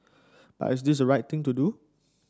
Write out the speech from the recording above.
but is the right thing to do